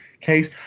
case